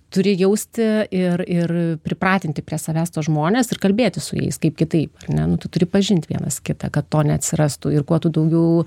turi jausti ir ir pripratinti prie savęs tuos žmones ir kalbėtis su jais kaip kitaip ar ne nu tu turi pažint vienas kitą kad to neatsirastų ir kuo tu daugiau